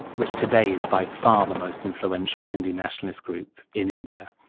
which today is by far the most influential hindu nationalist group in india.